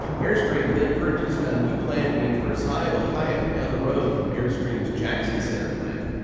airstream then purchased a new plant in versailles, ohio, down the road from airstream's jackson center plant,